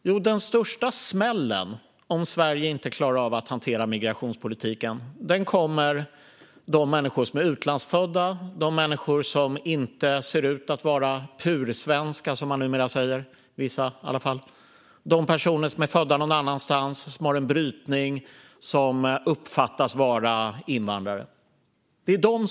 Jo, om Sverige inte klarar av att hantera migrationspolitiken kommer den största smällen att tas av de människor som är utlandsfödda, de människor som inte ser ut att vara - som vissa numera säger - pursvenska och de personer som är födda någon annanstans, som har en brytning och som uppfattas vara invandrare.